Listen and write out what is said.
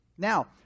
Now